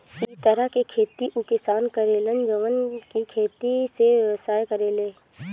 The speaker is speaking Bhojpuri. इ तरह के खेती उ किसान करे लन जवन की खेती से व्यवसाय करेले